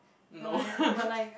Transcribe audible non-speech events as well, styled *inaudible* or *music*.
no *laughs*